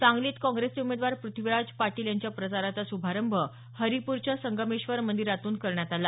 सांगलीत काँग्रेसचे उमेदवार प्रथ्वीराज पाटील यांच्या प्रचाराचा श्रभारंभ हरिपूरच्या संगमेश्वर मंदिरातून करण्यात आला